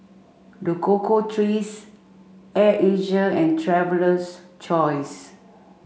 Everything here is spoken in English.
The Cocoa Trees Air Asia and Traveler's Choice